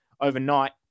overnight